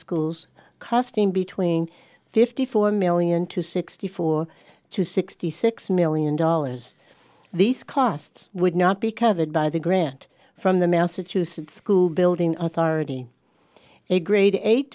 schools costing between fifty four million to sixty four to sixty six million dollars these costs would not be covered by the grant from the massachusetts school building authority a grade eight